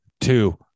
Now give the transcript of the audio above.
two